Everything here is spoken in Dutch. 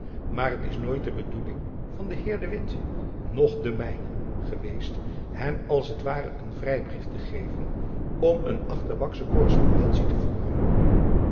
maar het is nooit de bedoeling van den heer de witt noch de mijne geweest hem als t ware een vrijbrief te geven om een achterbaksche korrespondentie te voeren